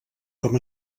com